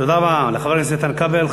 תודה רבה לחבר הכנסת איתן כבל.